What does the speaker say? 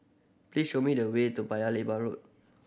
please show me the way to Paya Lebar Road